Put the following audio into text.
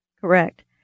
Correct